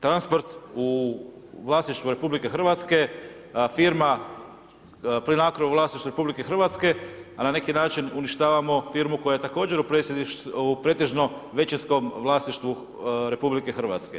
Transport u vlasništvu RH, firma PLINACRO u vlasništvu RH, a na neki način uništavamo firmu koja je također u pretežno većinskom vlasništvu RH.